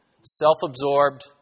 self-absorbed